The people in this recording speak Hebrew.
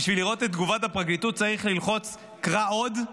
ובשביל לראות את תגובת הפרקליטות צריך ללחוץ: קרא עוד.